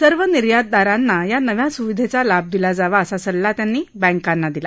सर्व निर्यातदारांना या नव्या सुविधेचा लाभ दिला जावा असा सल्ला त्यांनी बँकांना दिला